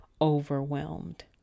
overwhelmed